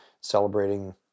celebrating